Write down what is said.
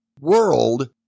world